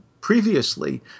previously